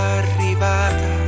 arrivata